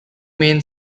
main